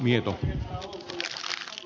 arvoisa puhemies